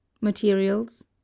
Materials